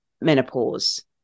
menopause